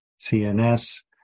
CNS